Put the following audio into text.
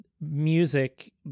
music